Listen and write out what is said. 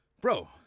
bro